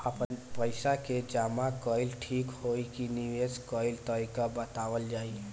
आपन पइसा के जमा कइल ठीक होई की निवेस कइल तइका बतावल जाई?